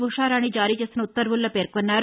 ఉషారాణి జారీ చేసిన ఉత్తర్వుల్లో పేర్కొన్నారు